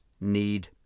need